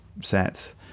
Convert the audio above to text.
set